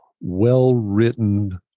well-written